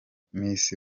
miss